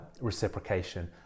reciprocation